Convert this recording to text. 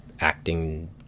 acting